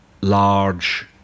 large